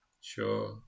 Sure